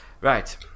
Right